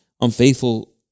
unfaithful